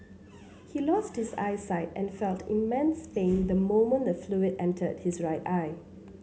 he lost his eyesight and felt immense pain the moment the fluid entered his right eye